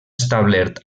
establert